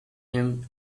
him